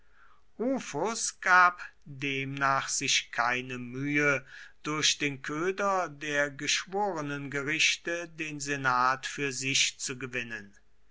gab demnach sich keine mühe durch den köder der geschworenengerichte den senat für sich zu gewinnen